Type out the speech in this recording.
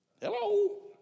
Hello